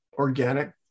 organic